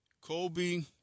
Kobe